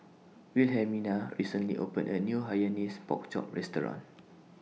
Wilhelmina recently opened A New Hainanese Pork Chop Restaurant